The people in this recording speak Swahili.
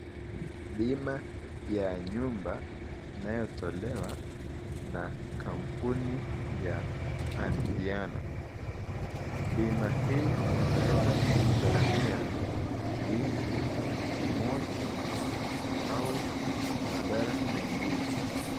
Bima ya nyumba inayotolewa na kampuni ya Anziano. Bima hii inaweza kugharamia wizi, moto au madhara mengine.